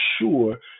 sure